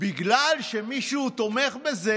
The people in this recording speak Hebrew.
בגלל שמישהו תומך בזה,